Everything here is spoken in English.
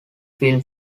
film